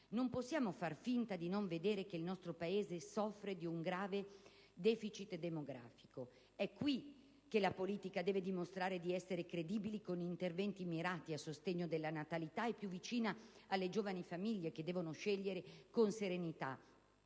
Non possiamo far finta di non vedere che il nostro Paese soffre di un grave *deficit* demografico. È qui che la politica deve dimostrare di essere credibile, con interventi mirati a sostegno della natalità, e più vicina alle giovani famiglie che devono scegliere con serenità